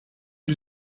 die